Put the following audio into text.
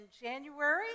January